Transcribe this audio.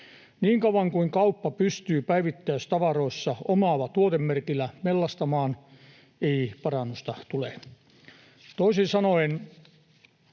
Niin kauan kuin kauppa pystyy päivittäistavaroissa omalla tuotemerkillä mellastamaan, ei parannusta tule. Toisin sanoen: